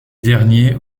derniers